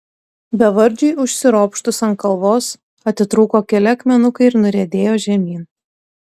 bevardžiui užsiropštus ant kalvos atitrūko keli akmenukai ir nuriedėjo žemyn